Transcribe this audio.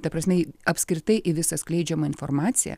ta prasme apskritai į visą skleidžiamą informaciją